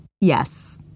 Yes